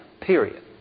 period